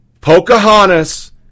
Pocahontas